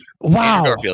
wow